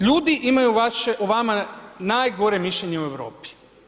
Ljudi imaju o vama najgore mišljenje u Europi.